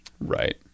Right